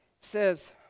Says